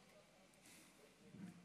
חמש